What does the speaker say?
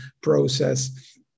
process